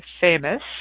famous